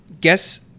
guess